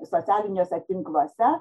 socialiniuose tinkluose